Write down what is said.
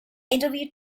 interview